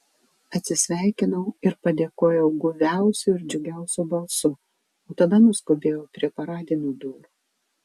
atsisveikinau ir padėkojau guviausiu ir džiugiausiu balsu o tada nuskubėjau prie paradinių durų